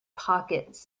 pockets